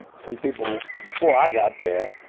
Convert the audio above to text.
some people, before i got there,